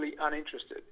uninterested